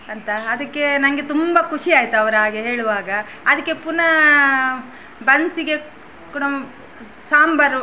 ಅಂತ ಅದಕ್ಕೆ ನನಗೆ ತುಂಬ ಖುಷಿಯಾಯಿತು ಅವರು ಹಾಗೆ ಹೇಳುವಾಗ ಅದಕ್ಕೆ ಪುನಃ ಬನ್ಸಿಗೆ ಕೂಡ ಸಾಂಬಾರು